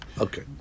Okay